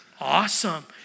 awesome